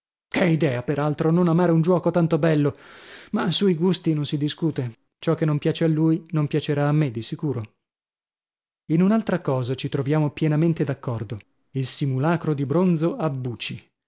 che idea per altro non amare un giuoco tanto bello ma sui gusti non si discute ciò che non piace a lui non piacerà a me di sicuro in un'altra cosa ci troviamo pienamente d'accordo il simulacro di bronzo a duci buci